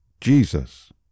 Jesus